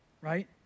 right